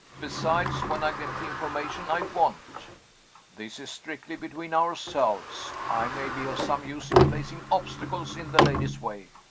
besides, when i get the information i want this is strictly between ourselves i may be of some use in placing obstacles in the lady's way.